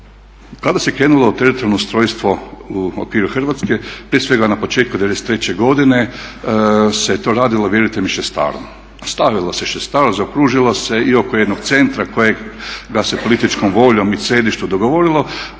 kada se krenulo u teritorijalno ustrojstvo u okviru Hrvatske, prije svega na početku '93. godine se to radilo vjerujte mi šestarom. Stavilo se šestar, zaokružilo se i oko jednog centra kojega se političkom voljom … dogovorilo,